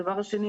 דבר שני,